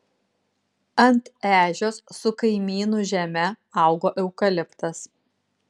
ant ežios su kaimynų žeme augo eukaliptas